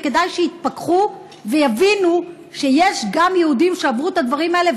וכדאי שיתפקחו ויבינו שיש גם יהודים שעברו את הדברים האלה,